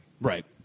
Right